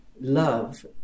love